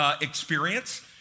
experience